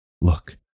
Look